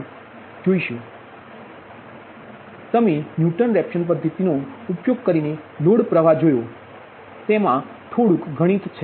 તેથી તમે Newton Raphson પદ્ધતિનો ઉપયોગ કરીને લોડપ્રવાહ જોયો તેમાં થોડુંક ગણિત છે